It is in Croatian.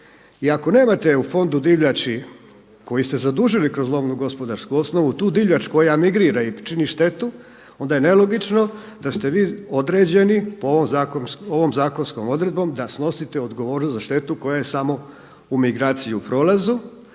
I ako nemate u fondu divljači koji ste zadužili kroz lovno gospodarsku osnovu, tu divljač koja migrira i čini štetu onda je nelogično da ste vi određeni ovom zakonskom odredbom da snosite odgovornost za štetu koja je samo u migraciji u prolazu